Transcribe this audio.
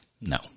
No